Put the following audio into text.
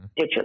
digitally